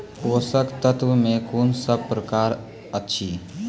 पोसक तत्व मे कून सब प्रकार अछि?